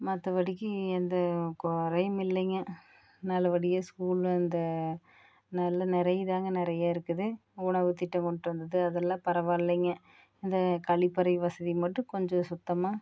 மத்தபடிக்கு எந்த குறையும் இல்லைங்க நல்லபடியாக ஸ்கூலில் இந்த நல்ல நிறைய இதாங்க நிறையா இருக்குது உணவுத்திட்டம் கொண்டுட்டு வந்தது அதெல்லாம் பரவாயில்லைங்க இந்த கழிப்பறை வசதி மட்டும் கொஞ்சம் சுத்தமாக